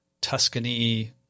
Tuscany